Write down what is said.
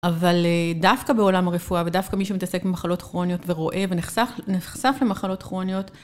אבל דווקא בעולם הרפואה ודווקא מי שמתעסק במחלות כרוניות ורואה ונחשף למחלות כרוניות